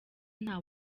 nta